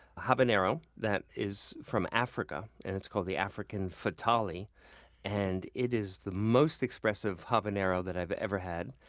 habanero that is from africa. and it's called the african fatalii, and it is the most expressive habanero that i've ever had.